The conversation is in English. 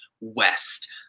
West